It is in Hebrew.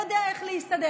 לא יודע איך להסתדר.